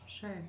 Sure